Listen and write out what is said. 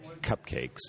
cupcakes